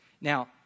Now